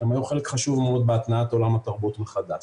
הם היו חלק חשוב מאוד בהתנעת עולם התרבות מחדש.